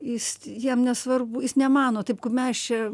jis jam nesvarbu jis nemano taip kaip mes čia